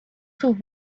sus